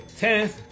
10th